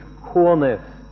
coolness